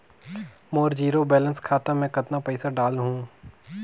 मोर zero balance खाता मे कतना पइसा डाल हूं?